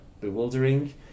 bewildering